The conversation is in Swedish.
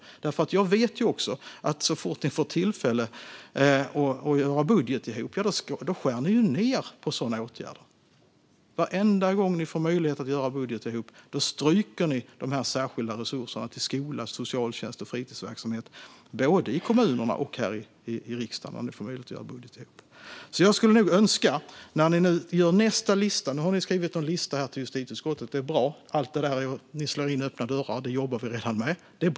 Jag vet också att ni så fort ni får tillfälle att göra budget ihop skär ned på sådana åtgärder. Varenda gång ni får möjlighet att göra budget ihop stryker ni de särskilda resurserna till skola, socialtjänst och fritidsverksamhet, både i kommunerna och här i riksdagen. Nu har ni skrivit en lista till justitieutskottet; det är bra. Ni slår in öppna dörrar, för vi jobbar redan med detta.